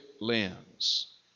lens